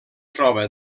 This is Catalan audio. troba